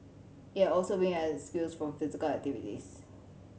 he had also been excused from physical activities